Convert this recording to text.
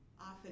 often